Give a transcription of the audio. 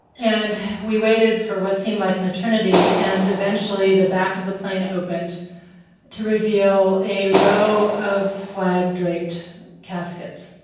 and we waited for what seemed like an eternity. and eventually, the back of the plane opened to reveal a row of flag-draped caskets.